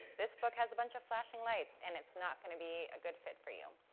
this book has a bunch of flashing lights and it's not going to be a good fit for you.